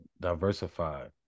diversified